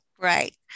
right